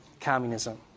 Communism